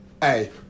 Hey